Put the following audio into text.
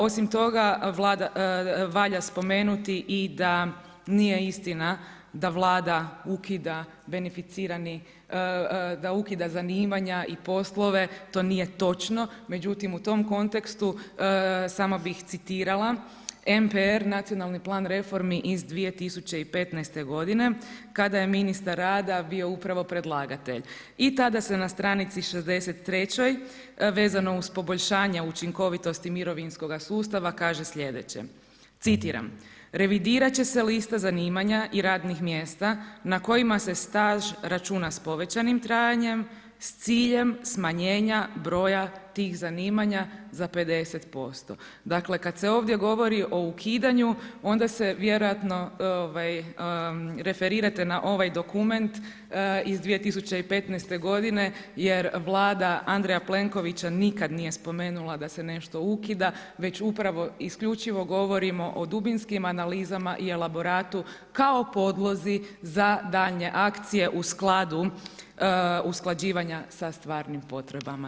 Osim toga, valja spomenuti i da nije istina da Vlada ukida zanimanja i poslove, to nije točno, međutim u tom kontekstu samo bi citirala NPR (Nacionalni plan reformi) iz 2015. godine kada je ministar rada bio upravo predlagatelj, i tada se na stranici 63. vezano uz poboljšanja učinkovitosti mirovinskoga sustava kaže slijedeće: „Revidirat će se lista zanimanja i radnih mjesta na kojima se staž računa s povećanim trajanjem s ciljem smanjenja broja tih zanimanja za 50%.“ Dakle, kad se ovdje govori o ukidanju, onda se vjerojatno referirate na ovaj dokument iz 2015. godine jer Vlada Andreja Plenkovića nikad nije spomenula da se nešto ukida već upravo isključivo govorimo o dubinskim analizama i elaboratu kao podlozi za daljnje akcije u skladu usklađivanja sa stvarnim potrebama.